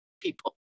people